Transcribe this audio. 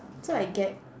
so I get